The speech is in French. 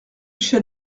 chef